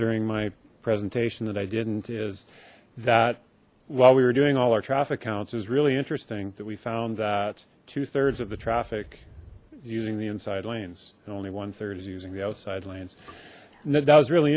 during my presentation that i didn't is that while we were doing all our traffic counts is really interesting that we found that two thirds of the traffic using the inside lanes only one third is using the outside lanes and that was really